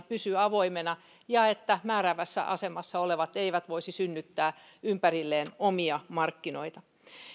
pysyy avoimena ja että määräävässä asemassa olevat eivät voisi synnyttää ympärilleen omia markkinoita